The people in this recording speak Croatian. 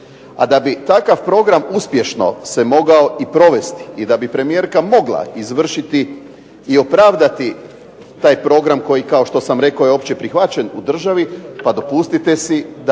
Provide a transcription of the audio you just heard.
A da bi takav program uspješno se mogao i provesti, da bi premijerka mogla izvršiti i opravdati taj program koji je kako sam rekao opće opravdan u državi pa dopustite da